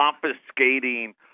confiscating